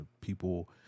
people